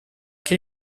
che